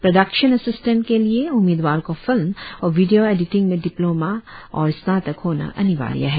production assistant के लिए उम्मीदवार को फिल्म और वीडियो एडिटिंग में डिप्लोमा और स्नातक होना अनिवार्य है